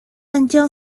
until